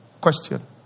Question